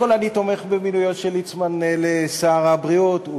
קודם כול, אני תומך במינויו של ליצמן לשר הבריאות.